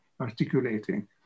articulating